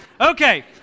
okay